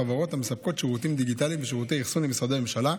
חברות המספקות שירותים דיגיטליים ושירותי אחסון למשרדי ממשלה,